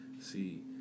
See